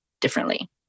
differently